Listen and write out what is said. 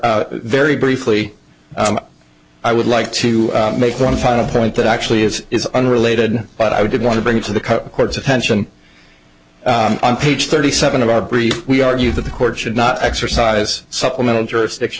honor very briefly i would like to make one final point that actually it is unrelated but i did want to bring to the court's attention on page thirty seven of our brief we argued that the court should not exercise supplemental jurisdiction